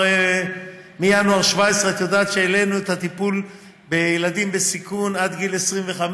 את יודעת שמינואר 2017 העלינו את הטיפול בילדים בסיכון עד גיל 25,